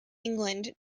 england